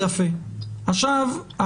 עכשיו,